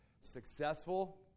Successful